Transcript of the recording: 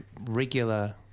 regular